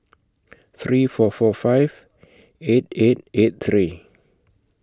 three four four five eight eight eight three